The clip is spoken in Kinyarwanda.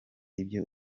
ibyo